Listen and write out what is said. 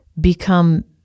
become